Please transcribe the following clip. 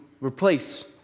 replace